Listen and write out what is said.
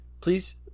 please